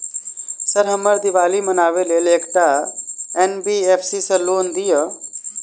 Sir हमरा दिवाली मनावे लेल एकटा एन.बी.एफ.सी सऽ लोन दिअउ?